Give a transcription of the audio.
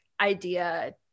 idea